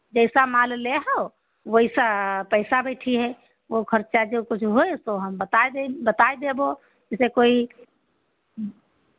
जैसा माल लेहो वैसा पैसा बैठिहे बहुत खर्चा जो कुछ होए तो हम बताए देहिं बताए देबो जैसे कोई